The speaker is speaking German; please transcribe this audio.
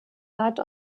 rat